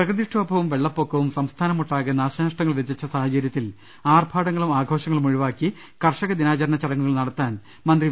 പ്രകൃതിക്ഷോഭവും വെള്ളപ്പൊക്കവും സംസ്ഥാനമൊട്ടാകെ നാശ നഷ്ടങ്ങൾ വിതച്ച സാഹചര്യത്തിൽ ആർഭാടങ്ങളും ആഘോഷ ങ്ങളും ഒഴിവാക്കി കർഷകദിനാചരണ ചടങ്ങുകൾ നടത്താൻ മന്ത്രി വി